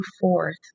forth